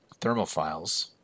thermophiles